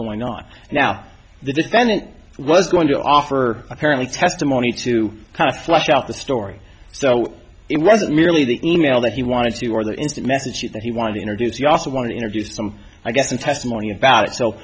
going on now the defendant was going to offer apparently testimony to kind of flesh out the story so it wasn't merely the e mail that he wanted to or the instant message that he wanted to introduce you also want to introduce some i guess a testimony about it so